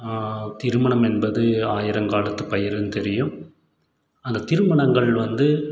திருமணம் என்பது ஆயிரம்காலத்து பயிருன்னு தெரியும் அந்த திருமணங்கள் வந்து